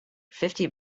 fifty